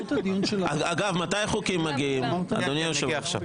אגב, מתי החוקים מגיעים, אדוני היושב-ראש?